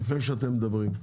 לפני שאתם מדברים,